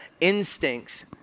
instincts